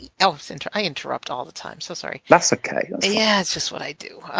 ell center i interrupt all the time so sorry that's okay yeah it's just what i do